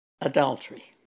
adultery